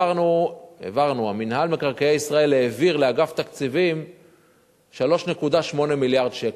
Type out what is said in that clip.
מינהל מקרקעי ישראל העביר לאגף התקציבים 3.8 מיליארד שקל.